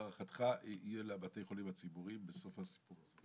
כמה להערכתך יהיה לבתי החולים הציבוריים בסוף הסיפור?